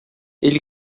ele